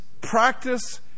Practice